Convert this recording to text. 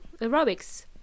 aerobics